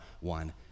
one